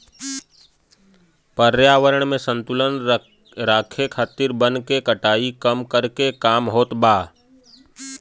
पर्यावरण में संतुलन राखे खातिर वन के कटाई कम करके काम होत बा